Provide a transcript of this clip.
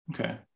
Okay